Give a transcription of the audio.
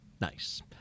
nice